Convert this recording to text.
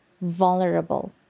vulnerable